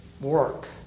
work